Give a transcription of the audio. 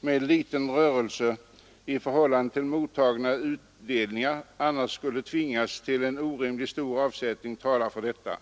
med liten rörelse i förhållande till mottagna utdelningar annars skulle tvingas till en orimligt stor avsättning talar för detta.